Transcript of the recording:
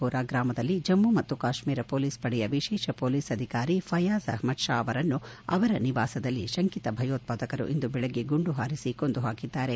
ಪೋರ ಗ್ರಮದಲ್ಲಿ ಜಮ್ನು ಮತ್ತು ಕಾಶ್ಮೀರ ಪೊಲೀಸ್ ಪಡೆಯ ವಿಶೇಷ ಮೊಲೀಸ್ ಅಧಿಕಾರಿ ಫಯಾಜ್ ಅಹ್ಲದ್ ಶಾ ಅವರನ್ನು ಅವರ ನಿವಾಸದಲ್ಲಿ ಶಂಕಿತ ಭಯೋತ್ಪಾದಕರು ಇಂದು ಬೆಳಗ್ಗೆ ಗುಂಡು ಹಾರಿಸಿ ಕೊಂದು ಹಾಕಿದ್ದಾರೆ